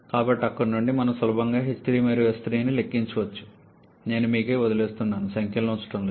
కాబట్టి అక్కడ నుండి మనం సులభంగా h3 మరియు S3 ని లెక్కించవచ్చు నేను మీకే వదిలేస్తున్నాను సంఖ్యలను ఉంచడం లేదు